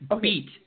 beat